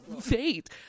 fate